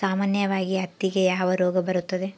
ಸಾಮಾನ್ಯವಾಗಿ ಹತ್ತಿಗೆ ಯಾವ ರೋಗ ಬರುತ್ತದೆ?